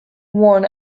won